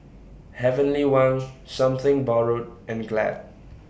Heavenly Wang Something Borrowed and Glad